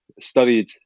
studied